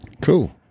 Cool